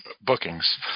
bookings